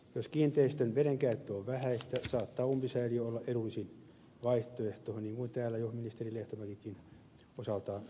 jos kiinteistön vedenkäyttö on vähäistä saattaa umpisäiliö olla edullisin vaihtoehto niin kuin täällä jo ministeri lehtomäkikin osaltaan totesi